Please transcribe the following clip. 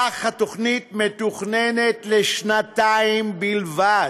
כך, התוכנית מתוכננת לשנתיים בלבד,